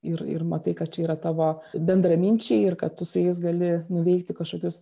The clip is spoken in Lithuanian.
ir ir matai kad čia yra tavo bendraminčiai ir kad tu su jais gali nuveikti kažkokius